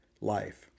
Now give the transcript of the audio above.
life